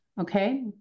Okay